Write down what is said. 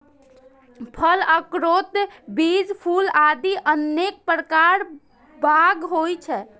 फल, अखरोट, बीज, फूल आदि अनेक प्रकार बाग होइ छै